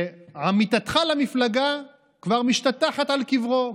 ועמיתתך למפלגה כבר משתטחת על קברו,